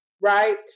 right